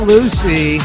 Lucy